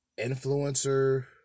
influencer